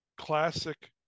classic